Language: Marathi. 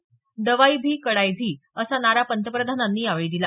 दवाई भी कडाई भी असा नारा पंतप्रधानांनी यावेळी दिला